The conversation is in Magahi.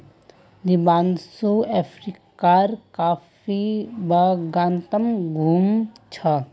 दीपांशु अफ्रीकार कॉफी बागानत घूम छ